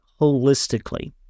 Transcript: holistically